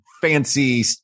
fancy